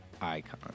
icon